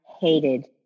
hated